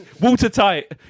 watertight